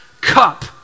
cup